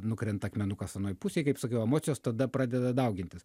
nukrenta akmenukas anoj pusėj kaip sakiau emocijos tada pradeda daugintis